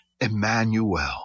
Emmanuel